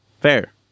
Fair